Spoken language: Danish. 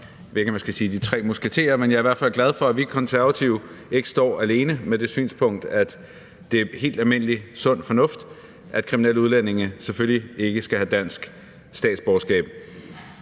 sige, at vi er de tre musketerer, men jeg er i hvert fald glad for, at vi Konservative ikke står alene med det synspunkt, at det er helt almindelig sund fornuft, at kriminelle udlændinge selvfølgelig ikke skal have dansk statsborgerskab.